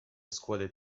scuole